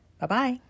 Bye-bye